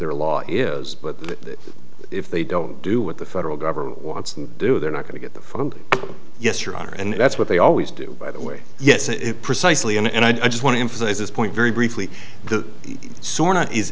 their law is but if they don't do what the federal government wants to do they're not going to get the phone yes your honor and that's what they always do by the way yes it precisely and i just want to emphasize this point very briefly